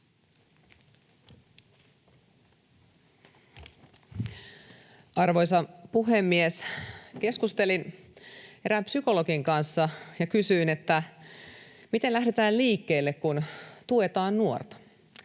Arvoisa puhemies! Keskustelin erään psykologin kanssa ja kysyin, miten lähdetään liikkeelle, kun tuetaan nuorta.